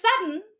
sudden